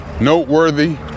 noteworthy